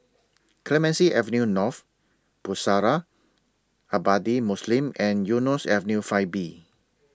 Clemenceau Avenue North Pusara Abadi Muslim and Eunos Avenue five B